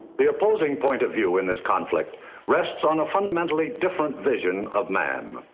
the opposing point of view in this conflict rests on a fundamentally different vision of man.